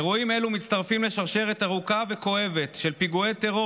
אירועים אלו מצטרפים לשרשרת ארוכה וכואבת של פיגועי טרור